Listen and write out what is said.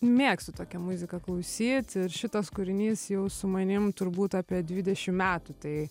mėgstu tokią muziką klausyt ir šitas kūrinys jau su manim turbūt apie dvidešim metų tai